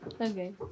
Okay